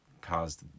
caused